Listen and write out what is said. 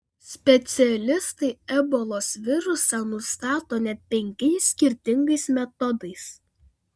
specialistai ebolos virusą nustato net penkiais skirtingais metodais